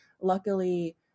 luckily